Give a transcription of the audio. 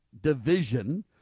division